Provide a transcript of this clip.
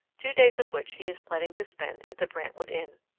two days of which he is planning to spend at the brantwood inn.